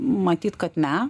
matyt kad ne